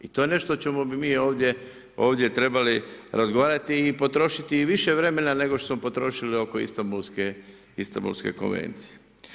I to je nešto o čemu bi mi ovdje trebali razgovarati i potrošiti i više vremena nego što smo potrošili oko Istanbulske konvencije.